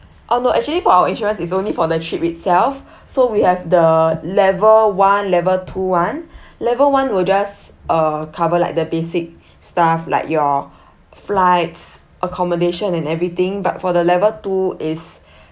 oh no actually for our insurance is only for the trip itself so we have the level one level two one level one will just uh cover like the basic stuff like your flights accommodation and everything but for the level two is